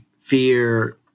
fear